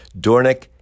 Dornick